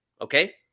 okay